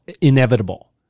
inevitable